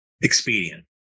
expedient